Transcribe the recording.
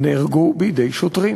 נהרגו בידי שוטרים.